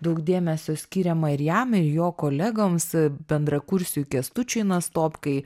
daug dėmesio skiriama ir jam ir jo kolegoms bendrakursiui kęstučiui nastopkai